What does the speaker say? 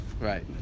right